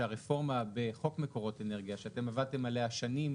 שהרפורמה בחוק מקורות אנרגיה שאתם עבדתם עליה שנים,